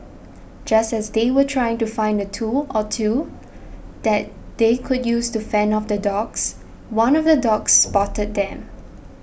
just as they were trying to find a tool or two that they could use to fend off the dogs one of the dogs spotted them